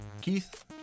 Keith